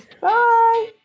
Bye